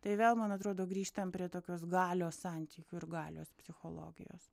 tai vėl man atrodo grįžtam prie tokios galios santykių ir galios psichologijos